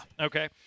Okay